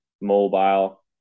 mobile